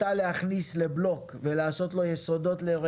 אותה צריך להכניס לבלוק ולעשות לו יסודות להגנה